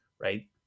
Right